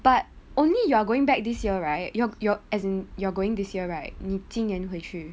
but only you're going back this year right you're you're as in you're going this year right 你今年会去